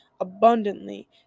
abundantly